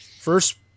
first